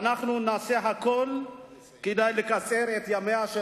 ואנחנו נעשה הכול כדי לקצר את ימיה של